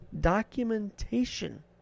documentation